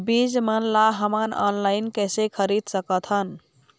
बीज मन ला हमन ऑनलाइन कइसे खरीद सकथन?